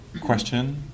question